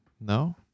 No